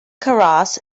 karras